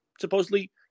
supposedly